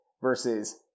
versus